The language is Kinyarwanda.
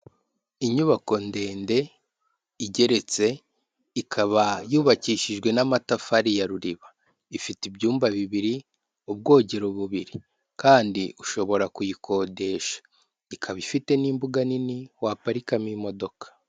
Inyubako ndende igeretse, ikaba yubakishijwe n'amatafari ya ruriba, ifite ibyumba bibiri ubwogero bubiri kandi ushobora kuyikodesha, ikaba ifite n'imbuga nini waparikamo imodoka.